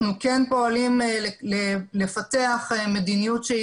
אנחנו כן פועלים לפתח מדיניות,